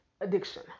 addiction